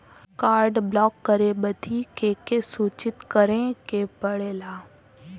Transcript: Card block करे बदी के के सूचित करें के पड़ेला?